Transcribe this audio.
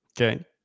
Okay